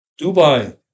Dubai